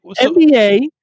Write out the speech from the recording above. nba